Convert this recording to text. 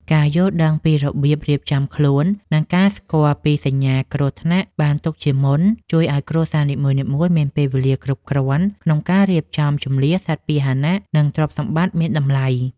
ការយល់ដឹងពីរបៀបរៀបចំខ្លួន និងការស្គាល់ពីសញ្ញាគ្រោះថ្នាក់បានទុកជាមុន ជួយឱ្យគ្រួសារនីមួយៗមានពេលវេលាគ្រប់គ្រាន់ក្នុងការរៀបចំជម្លៀសសត្វពាហនៈ និងទ្រព្យសម្បត្តិមានតម្លៃ។